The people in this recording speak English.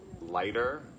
lighter